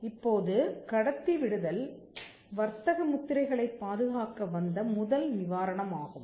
இப்போது கடத்தி விடுதல் வர்த்தக முத்திரைகளைப் பாதுகாக்க வந்த முதல் நிவாரணம் ஆகும்